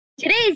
Today's